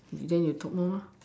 then you talk more ah